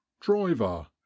driver